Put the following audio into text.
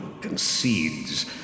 concedes